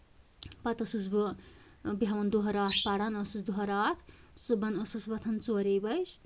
پَتہٕ ٲسٕس بہٕ بیہوان دۄہ راتھ پَران ٲسٕس دوہ راتھ صبُحن ٲسٕس وۄتھان ژوٚرِ بَجہِ